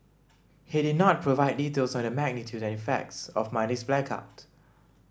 he did not provide details on the magnitude and effects of Monday's blackout